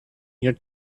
your